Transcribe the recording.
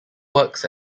works